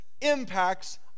impacts